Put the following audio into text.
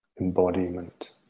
embodiment